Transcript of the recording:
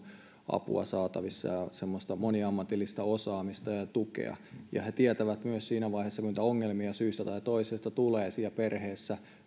apua ja semmoista moniammatillista osaamista ja tukea sitten siinä vaiheessa kun niitä ongelmia syystä tai toisesta tulee perheessä ongelmat